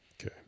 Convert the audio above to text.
Okay